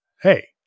Hey